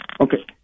Okay